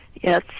Yes